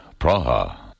Praha